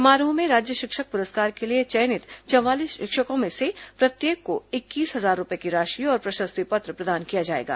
समारोह में राज्य शिक्षक पुरस्कार के लिए चयनित चवालीस शिक्षकों में से प्रत्येक को इक्कीस हजार रूपए की राशि और प्रशस्ति पत्र प्रदान किया जाएगा